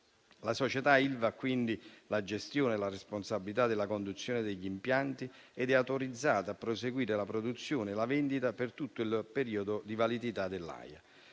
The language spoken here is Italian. La società Ilva ha quindi la gestione e la responsabilità della conduzione degli impianti ed è autorizzata proseguire la produzione e la vendita per tutto il periodo di validità dell'AIA.